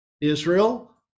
Israel